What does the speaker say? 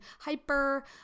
hyper